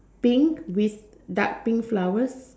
pink with dark pink flowers